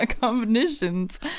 combinations